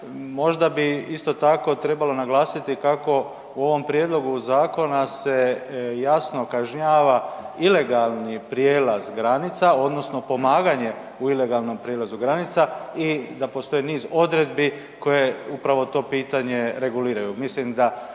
možda bi isto tako trebalo naglasiti kako u ovom prijedlogu zakona se jasno kažnjava ilegalni prijelaz granica odnosno pomaganje u ilegalnom prijelazu granica i da postoje niz odredbi koje upravo to pitanje reguliraju.